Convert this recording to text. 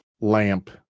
lamp